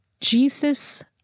Jesus